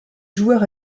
joueur